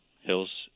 hills